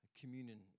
communion